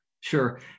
Sure